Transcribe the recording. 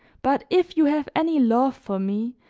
but if you have any love for me,